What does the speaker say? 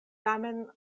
tamen